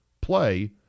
play